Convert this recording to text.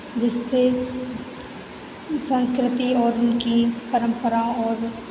जिससे संस्कृति और उनकी परम्पराओं और